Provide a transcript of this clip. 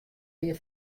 wie